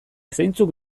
zeintzuk